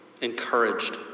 Encouraged